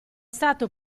stato